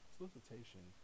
Solicitation